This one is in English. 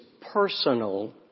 personal